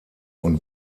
und